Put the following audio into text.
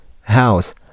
House